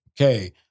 Okay